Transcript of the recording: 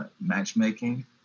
matchmaking